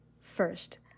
first